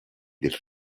del